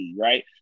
right